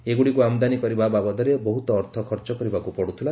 ଏଗୁଡ଼ିକୁ ଆମଦାନୀ କରିବା ବାବଦରେ ବହୁତ ଅର୍ଥ ଖର୍ଚ୍ଚ କରିବାକୁ ପଡ଼ୁଥିଲା